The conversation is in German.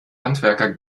handwerker